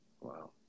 Wow